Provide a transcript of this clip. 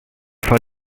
for